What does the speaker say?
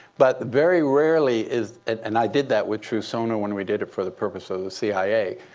but very rarely is and i did that with trusona when we did it for the purpose of the cia.